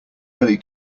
early